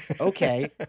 Okay